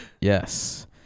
Yes